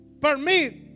permit